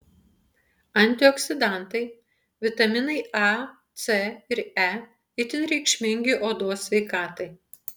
antioksidantai vitaminai a c ir e itin reikšmingi odos sveikatai